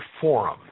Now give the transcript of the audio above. Forum